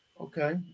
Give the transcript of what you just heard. Okay